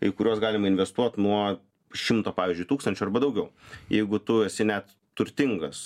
į kuriuos galima investuot nuo šimto pavyzdžiui tūkstančių arba daugiau jeigu tu esi net turtingas